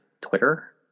Twitter